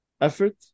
effort